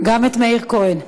גם את מאיר כהן.